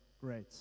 great